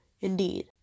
Indeed